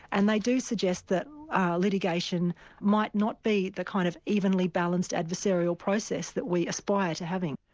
and they do suggest that litigation might not be the kind of evenly-balanced, adversarial process that we aspire to having.